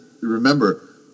remember